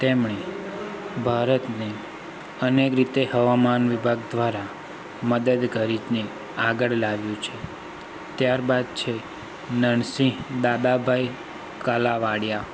તેમણે ભારતને અનેક રીતે હવામાન વિભાગ દ્વારા મદદ કરી ને આગળ લાવ્યું છે ત્યારબાદ છે નરસિંહ દાદાભાઈ કલાવાડીયા